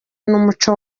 n’umuco